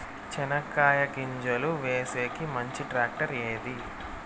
చెనక్కాయ గింజలు వేసేకి మంచి టాక్టర్ ఏది?